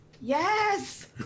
Yes